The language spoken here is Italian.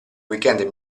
weekend